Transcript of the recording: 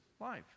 life